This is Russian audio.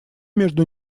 между